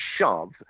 shove